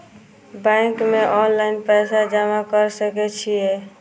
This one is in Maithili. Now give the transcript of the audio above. बैंक में ऑनलाईन पैसा जमा कर सके छीये?